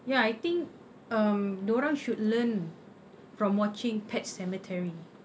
ya I think um dia orang should learn from watching pet sematary